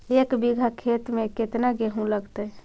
एक बिघा खेत में केतना गेहूं लगतै?